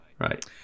right